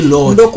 Lord